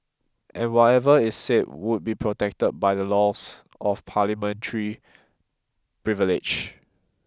and whatever is said would be protected by the laws of Parliamentary privilege